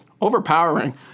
overpowering